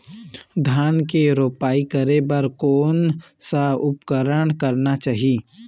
धान के रोपाई करे बर कोन सा उपकरण करना चाही?